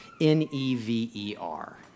N-E-V-E-R